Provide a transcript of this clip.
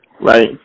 right